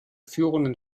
führenden